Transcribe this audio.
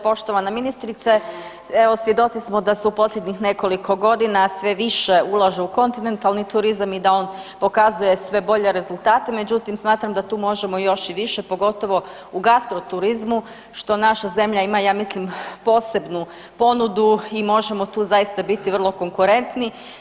Poštovana ministrice evo svjedoci smo da se u posljednjih nekoliko godina sve više ulaže u kontinentalni turizam i da on pokazuje sve bolje rezultate međutim smatram da tu možemo još i više pogotovo u gastro turizmu što naša zemlja ima ja mislim posebnu ponudu i možemo tu biti zaista vrlo konkurentni.